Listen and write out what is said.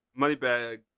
Moneybag